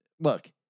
Look